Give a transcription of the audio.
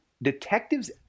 Detectives